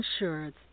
insurance